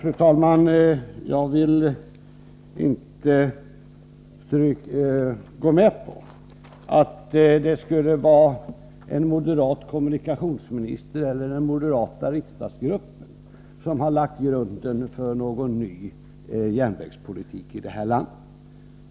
Fru talman! Nej, jag vill inte gå med på att det skulle vara en moderat kommunikationsminister eller den moderata riksdagsgruppen som har lagt grunden till den nya järnvägspolitiken i det här landet.